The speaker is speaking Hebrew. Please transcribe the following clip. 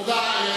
תודה.